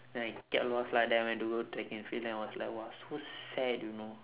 then I get lost lah then I went to go track and field then after that !wah! so sad you know